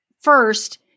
first